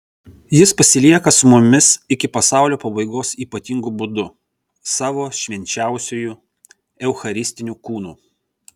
jis pasilieka su mumis iki pasaulio pabaigos ypatingu būdu savo švenčiausiuoju eucharistiniu kūnu